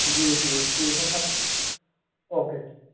جی جی ٹھیک ہے سر اوکے